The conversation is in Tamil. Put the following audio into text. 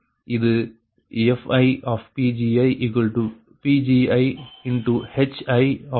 HiPgi இன் சாயல் ஆகும்